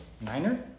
Niner